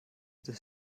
des